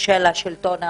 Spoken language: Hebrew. השלטון המקומי.